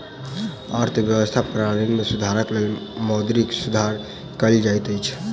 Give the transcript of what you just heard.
अर्थव्यवस्था प्रणाली में सुधारक लेल मौद्रिक सुधार कयल जाइत अछि